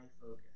focus